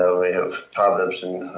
ah we have proverbs in